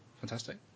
Fantastic